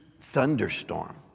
thunderstorm